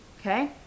okay